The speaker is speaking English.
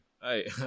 Hey